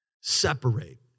Separate